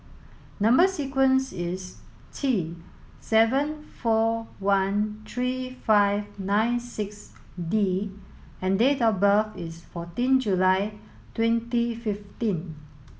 number sequence is T seven four one three five nine six D and date of birth is fourteen July twenty fifteen